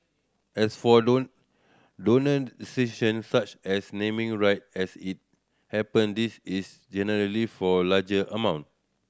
as for donor such as naming right as it happen this is generally for larger amount